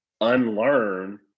unlearn